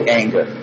anger